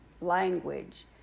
language